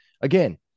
again